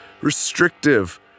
restrictive